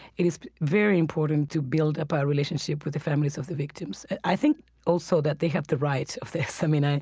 it is very important to build up our relationship with the families of the victims. i think also that they have the rights of this i mean,